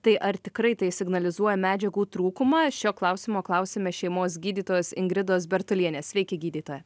tai ar tikrai tai signalizuoja medžiagų trūkumą šio klausimo klausime šeimos gydytojos ingridos bertulienės sveiki gydytoja